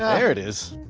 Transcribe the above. yeah there it is.